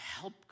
help